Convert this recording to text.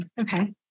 Okay